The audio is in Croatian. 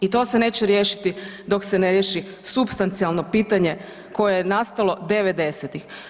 I to se neće riješiti dok se ne riješi supstencijalno pitanje koje je nastalo '90.-tih.